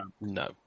No